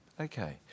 Okay